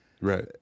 Right